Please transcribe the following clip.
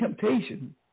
temptation